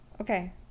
Okay